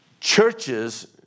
churches